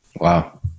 Wow